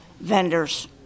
vendors